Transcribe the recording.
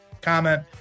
Comment